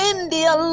India